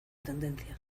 tendencia